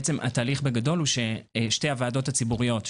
התהליך בגדול שתי הוועדות הציבוריות,